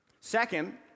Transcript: Second